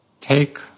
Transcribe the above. take